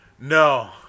no